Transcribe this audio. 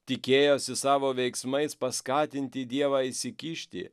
tikėjosi savo veiksmais paskatinti dievą įsikišti